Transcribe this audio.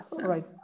Right